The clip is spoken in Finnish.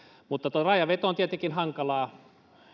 tuo rajanveto on tietenkin hankalaa